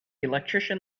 electrician